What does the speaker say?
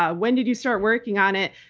ah when did you start working on it,